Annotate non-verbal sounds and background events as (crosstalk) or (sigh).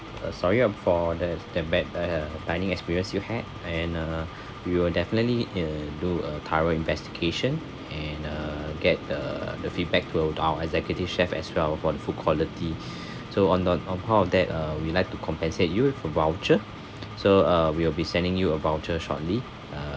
uh sorry uh for that that bad uh dining experience you had and uh (breath) we will definitely uh do a thorough investigation and uh get the the feedback to our executive chef as well for the food quality (breath) so on on on top of that uh we like to compensate you with a voucher (breath) so uh we will be sending you a voucher shortly uh